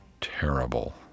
terrible